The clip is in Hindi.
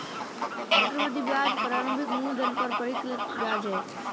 चक्रवृद्धि ब्याज प्रारंभिक मूलधन पर परिकलित ब्याज है